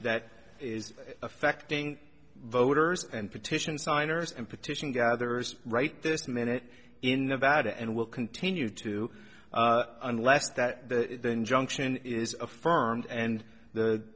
that is affecting voters and petition signers and petition gatherers right this minute in nevada and will continue to unless that the injunction is affirmed and the